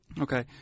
Okay